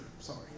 sorry